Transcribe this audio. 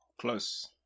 Close